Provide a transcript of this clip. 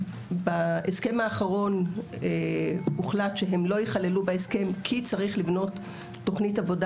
בהסכם האחרון הוחלט שהם לא ייכללו בהסכם כי צריך לבנות תוכנית עבודה